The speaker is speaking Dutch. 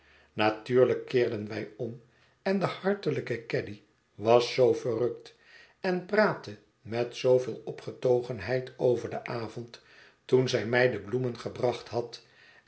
natuurlijk keerden wij om en de hartelijke caddy was zoo verrukt en praatte met zooveel opgetogenheid over den avond toen zij mij de bloemen gebracht had